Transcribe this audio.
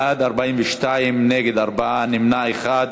בעד, 42, נגד, 4, נמנע אחד.